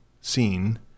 seen